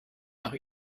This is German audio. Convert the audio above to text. nach